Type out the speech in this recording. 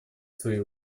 свои